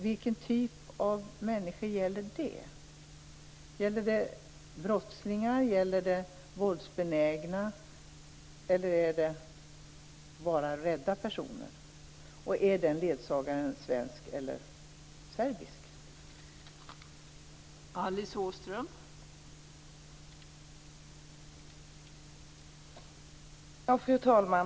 Vilken typ av människor gäller det? Gäller det brottslingar, gäller det våldsbenägna, eller gäller det rädda personer, och är den ledsagaren svensk eller serbisk?